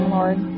Lord